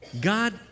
God